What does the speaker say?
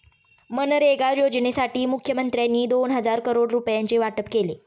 मनरेगा योजनेसाठी मुखमंत्र्यांनी दोन हजार करोड रुपयांचे वाटप केले